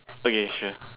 okay sure